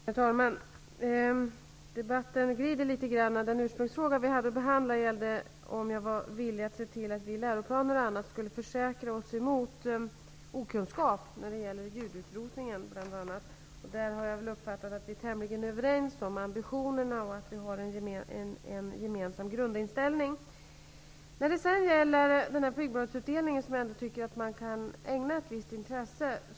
Herr talman! Debatten glider litet grand. Den ursprungliga frågan vi har att behandla gällde om jag var villig att se till att vi i läroplaner och på annat sätt skulle försäkra oss emot okunskap när det gäller bl.a. judeutrotningen. Jag har uppfattat att vi är tämligen överens om ambitionerna och att vi har en gemensam grundinställning. Jag tycker dock att man kan ägna flygbladsutdelningen ett visst intresse.